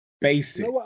basic